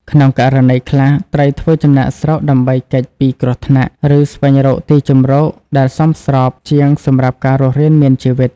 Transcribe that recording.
ក្នុងករណីខ្លះ ត្រីធ្វើចំណាកស្រុកដើម្បីគេចពីគ្រោះថ្នាក់ ឬស្វែងរកទីជម្រកដែលសមស្របជាងសម្រាប់ការរស់រានមានជីវិត។